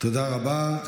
תודה רבה.